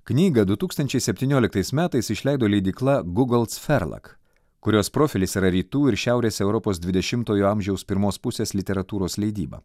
knygą du tūkstančiai septynioliktais metais išleido leidykla guggolz verlag kurios profilis yra rytų ir šiaurės europos dvidešimtojo amžiaus pirmos pusės literatūros leidyba